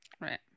Right